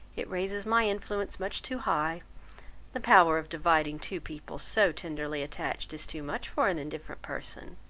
it raises my influence much too high the power of dividing two people so tenderly attached is too much for an indifferent person.